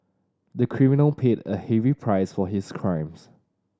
the criminal paid a heavy price for his crimes